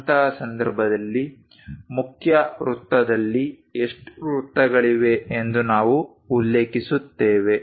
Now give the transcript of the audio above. ಅಂತಹ ಸಂದರ್ಭದಲ್ಲಿ ಮುಖ್ಯ ವೃತ್ತದಲ್ಲಿ ಎಷ್ಟು ವೃತ್ತಗಳಿವೆ ಎಂದು ನಾವು ಉಲ್ಲೇಖಿಸುತ್ತೇವೆ